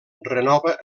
renova